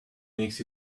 makes